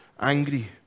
angry